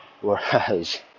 Whereas